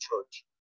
church